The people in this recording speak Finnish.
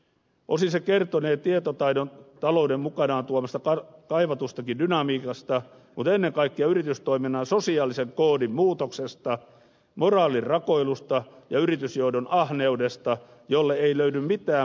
osin se kertonee tietotaidon talouden mukanaan tuomasta kaivatustakin dynamiikasta mutta ennen kaikkea yritystoiminnan sosiaalisen koodin muutoksesta moraalin rakoilusta ja yritysjohdon ahneudesta jolle ei löydy mitään markkinataloudellisia perusteita